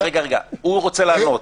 הוא רוצה לענות.